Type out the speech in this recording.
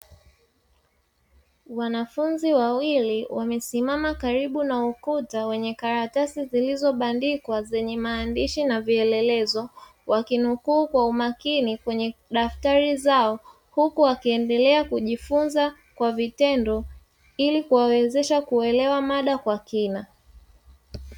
Wanafunzi wawili wamesimama karibu na ukuta wenye karatasi zilizobandikwa zenye maandishi na vielelezo, wakinukuu kwa umakini kwenye daftari zao huku wakiendelea kujifunza kwa vitendo ili kuwawezesha kuelewa mada kwa kina.